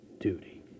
duty